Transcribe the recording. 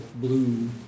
blue